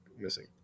missing